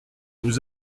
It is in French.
vous